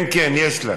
כן, כן, יש לך.